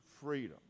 freedom